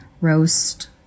Roast